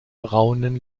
braunen